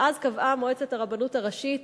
ואז קבעה מועצת הרבנות הראשית